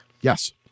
Yes